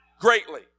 greatly